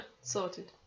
Sorted